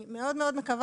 אני מאוד מקווה,